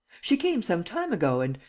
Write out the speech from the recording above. she came some time ago and,